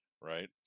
Right